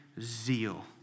zeal